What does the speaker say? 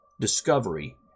Discovery